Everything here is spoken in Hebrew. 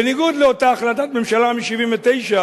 בניגוד לאותה החלטת ממשלה מ-1979,